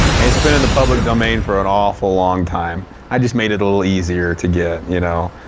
and it's been in the public domain for an awful long time. i just made it a little easier to get, you know?